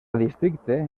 districte